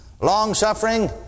long-suffering